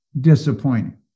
disappointing